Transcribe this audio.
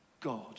God